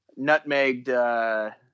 nutmegged